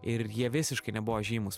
ir jie visiškai nebuvo žymūs